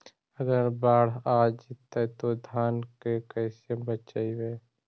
अगर बाढ़ आ जितै तो धान के कैसे बचइबै?